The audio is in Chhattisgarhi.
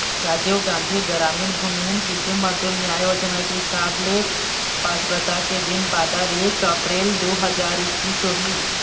राजीव गांधी गरामीन भूमिहीन कृषि मजदूर न्याय योजना के हिसाब ले पात्रता के दिन बादर एक अपरेल दू हजार एक्कीस होही